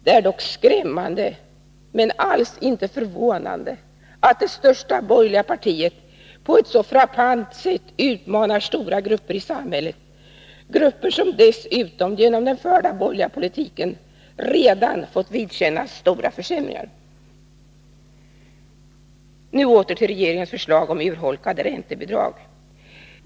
Det är dock skrämmande, men alls inte förvånande, att det största borgerliga partiet på ett så frappant sätt utmanar stora grupper i samhället — grupper som dessutom genom den förda borgerliga politiken redan fått vidkännas stora försämringar. Nu åter till regeringens förslag om urholkade räntebidrag.